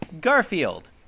Garfield